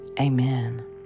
Amen